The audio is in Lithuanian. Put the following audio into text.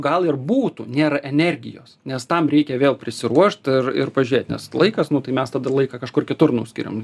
gal ir būtų nėra energijos nes tam reikia vėl prisiruoštir ir pažiūrėt nes laikas nu tai mes tą laiką kažkur kitur nuskiriam